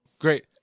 Great